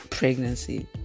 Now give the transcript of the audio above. pregnancy